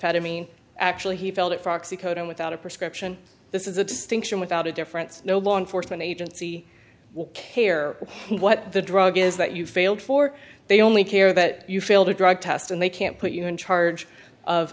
methamphetamine actually he felt for oxy codeine without a prescription this is a distinction without a difference no law enforcement agency will care what the drug is that you failed for they only care that you failed a drug test and they can't put you in charge of